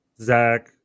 Zach